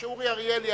כשאורי אריאל יעלה,